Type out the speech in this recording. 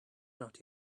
not